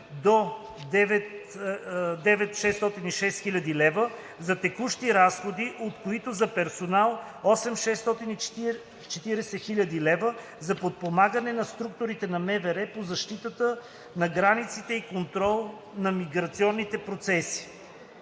до 9606 хил. лв. за текущи разходи, от които за персонал 8640 хил. лв. за подпомагане структурите на МВР по защита на границите и контрол на миграционните процеси.“